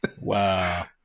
Wow